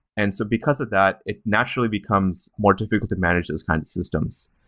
and so because of that, it naturally becomes more difficult to manage those kind of systems,